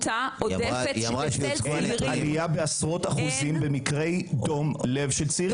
יש עלייה בעשרות אחוזים במקרי דום לב של צעירים.